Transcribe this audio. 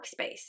workspace